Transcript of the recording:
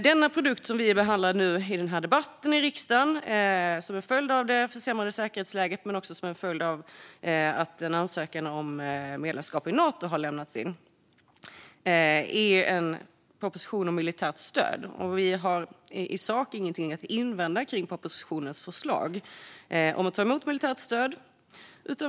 Den produkt som vi behandlar i den här debatten i riksdagen som en följd av det försämrade säkerhetsläget, men också som en följd av att en ansökan om medlemskap i Nato lämnats in, är en proposition om militärt stöd. Vi har i sak ingenting att invända mot propositionens förslag om att ta emot militärt stöd.